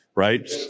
Right